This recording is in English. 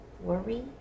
worry